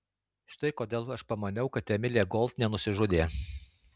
štai kodėl aš pamaniau kad emilė gold nenusižudė